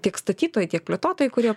tiek statytojai tiek plėtotojai kurie